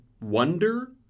wonder